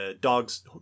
Dogs